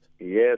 Yes